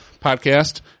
podcast